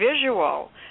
visual